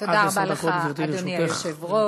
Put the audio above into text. תודה רבה, לך, אדוני היושב-ראש.